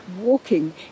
walking